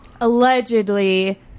allegedly